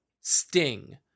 sting